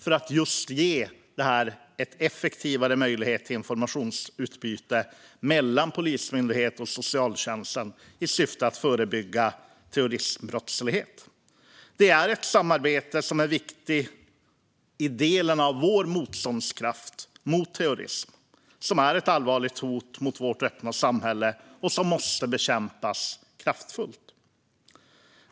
Vi vill ge möjlighet till ett effektivare informationsutbyte mellan Polismyndigheten och socialtjänsten i syfte att förebygga terroristbrottslighet. Samarbetet är en viktig del i vår motståndskraft mot terrorism, som är ett allvarligt hot mot vårt öppna samhälle och som kraftfullt måste bekämpas.